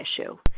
issue